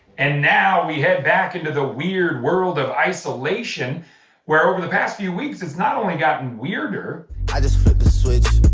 and now we head back into the weird world of isolation where over the past few weeks has not only gotten weirder i just filled the switch.